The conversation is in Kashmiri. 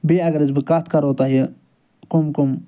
بیٚیہِ اگر حظ بہٕ کتھ کرو تۄہہِ کٕم کٕم